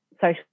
social